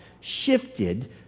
shifted